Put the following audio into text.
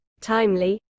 timely